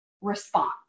response